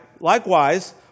likewise